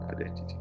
identity